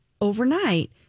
overnight